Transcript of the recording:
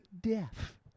Deaf